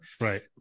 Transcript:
Right